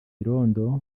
irondo